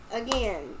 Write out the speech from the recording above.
again